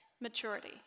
maturity